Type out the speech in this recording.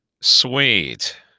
Sweet